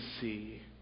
see